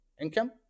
income